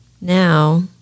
now